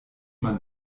man